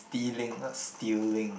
dealing what stealing